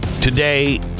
Today